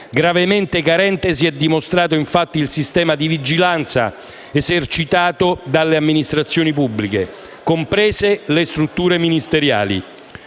gravemente carente si è dimostrato, infatti, il sistema di vigilanza esercitato dalle amministrazioni pubbliche, comprese le strutture ministeriali.